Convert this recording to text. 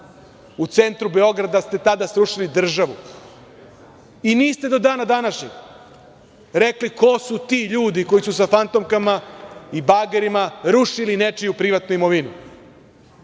U centru Beograda ste tada srušili državu i niste do dana današnjeg rekli ko su ti ljudi koji su sa fantomkama i bagerima rušili nečiju privatnu imovinu. Takođe,